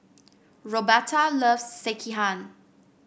Roberta loves Sekihan